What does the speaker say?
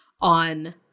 on